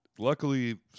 Luckily